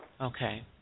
Okay